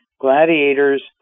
gladiators